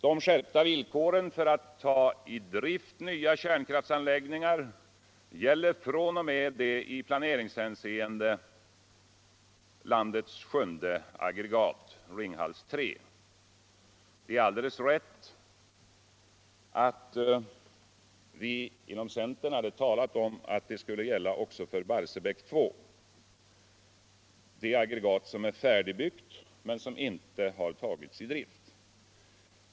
De skiirpta villkoren för att tå i drift nya kärnkraftsanläggningar gäller fr.o.m. det som i planeringshänseende är landets sjunde aggregat, Ringhals 3. Det är alldeles riktigt att vi inom centern hade talat om att dessa villkor också skulle gälla Barsebick 2, det aggregat som nu är färdigbyggt men som ännu inte tagits i drift.